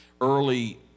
early